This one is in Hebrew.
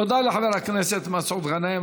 תודה לחבר הכנסת מסעוד גנאים.